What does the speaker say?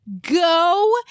go